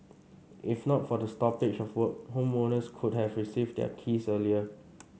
if not for the stoppage of work homeowners could have received their keys earlier